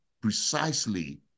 precisely